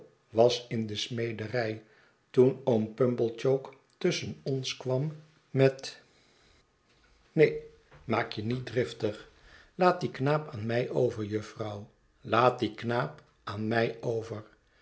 was in de smederij toen oom pumblechook tusschen ons kwam met neen maak je niet driftig laat dien knaap aan mij over jufvrouw laat dien knaap aan mij over